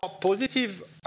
positive